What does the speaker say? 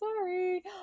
sorry